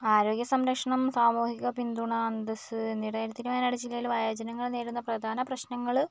ആരോഗ്യ സംരക്ഷണം സാമൂഹിക പിന്തുണ അന്തസ്സ് എന്നിവയുടെ കാര്യത്തിൽ വയനാട് ജില്ലയിലെ വയോജനങ്ങൾ നേരിടുന്ന പ്രധാന പ്രശ്നങ്ങൾ